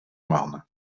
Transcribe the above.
marne